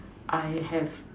I have